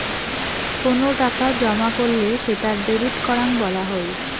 কোনো টাকা জমা করলে সেটা ডেবিট করাং বলা হই